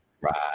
Right